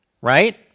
right